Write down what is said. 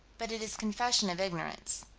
but it is confession of ignorance.